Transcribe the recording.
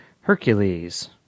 hercules